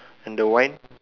and the wine